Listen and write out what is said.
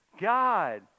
God